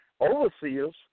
overseers